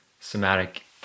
somatic